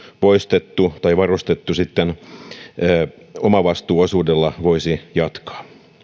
poistettu tai varustettu omavastuuosuudella voisi jatkaa